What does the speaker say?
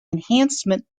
enhancement